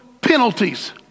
penalties